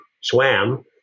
swam